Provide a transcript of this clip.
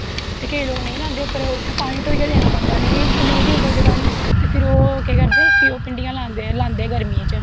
ते केंई लोक नेंई लांदे उप्पर उत्थैं पानी ढोहियै देना पौंदा नेंई देई सकदे पानी ते फिर ओह् केह् करदे फिर ओह् भिंडियां लांदे गर्मियें च